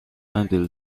until